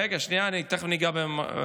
רגע, שנייה, תכף אגע בהטבות.